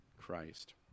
Christ